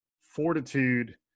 fortitude